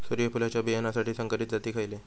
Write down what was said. सूर्यफुलाच्या बियानासाठी संकरित जाती खयले?